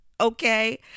okay